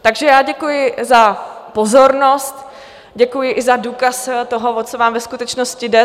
Takže já děkuji za pozornost, děkuji i za důkaz toho, o co vám ve skutečnosti jde.